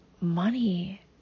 money